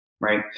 right